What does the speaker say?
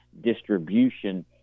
distribution